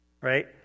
right